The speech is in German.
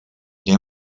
der